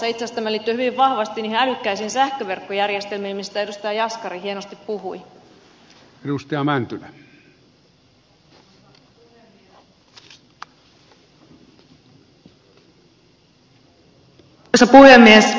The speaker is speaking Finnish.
itse asiassa tämä liittyy hyvin vahvasti niihin älykkäisiin sähköverkkojärjestelmiin mistä edustaja jaskari hienosti puhui